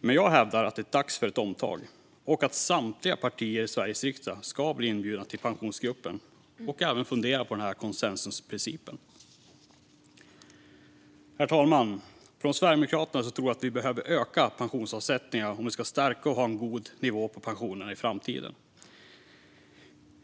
Men jag hävdar att det är dags för ett omtag och att samtliga partier i Sveriges riksdag bör bli inbjudna till Pensionsgruppen. Vi bör även fundera på konsensusprincipen. Herr talman! Sverigedemokraterna tror att vi behöver öka pensionsavsättningarna om vi ska stärka och ha en god nivå på pensionerna i framtiden.